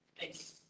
thanks